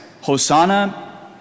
Hosanna